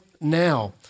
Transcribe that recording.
now